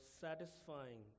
satisfying